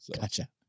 gotcha